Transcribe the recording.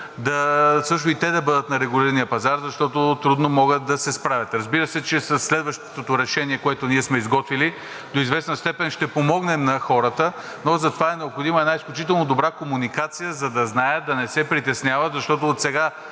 също да бъдат на регулирания пазар, защото трудно могат да се справят. Разбира се, че със следващото решение, което ние сме изготвили, до известна степен ще помогнем на хората, но затова е необходима една изключително добра комуникация, за да знаят, да не се притесняват, защото отсега